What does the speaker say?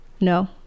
no